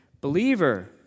Believer